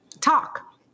talk